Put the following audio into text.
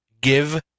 give